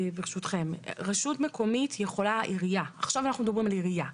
ברשותכם: עכשיו אנחנו מדברים על עירייה.